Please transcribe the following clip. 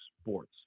sports